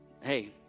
Hey